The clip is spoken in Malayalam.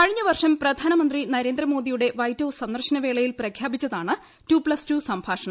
കഴിഞ്ഞ വർഷം പ്രധാനമൂന്ത്രി നരേന്ദ്രമോദിയുടെ വൈറ്റ് ഹൌസ് സന്ദർശനവേളയിൽ പ്രഖ്യാപിച്ചതാണ് ടൂ പ്ലസ് ടൂ സംഭാഷണം